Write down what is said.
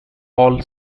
all